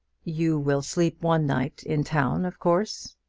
you will sleep one night in town, of course?